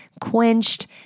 quenched